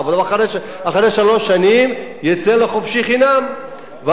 אבל אחרי שלוש שנים יצא לחופשי חינם ואז